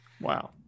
wow